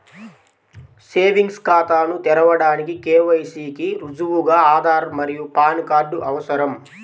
savings ఖాతాను తెరవడానికి KYC కి రుజువుగా ఆధార్ మరియు పాన్ కార్డ్ అవసరం